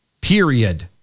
period